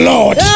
Lord